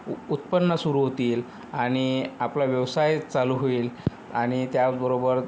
उ उत्पन्न सुरू होतील आणि आपला व्यवसाय चालू होईल आणि त्याचबरोबर